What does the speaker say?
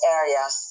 areas